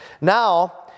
Now